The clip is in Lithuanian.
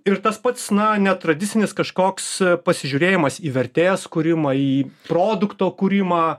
ir tas pats na netradicinis kažkoks pasižiūrėjimas į vertės kūrimą į produkto kūrimą